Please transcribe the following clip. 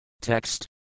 Text